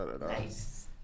nice